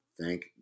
thank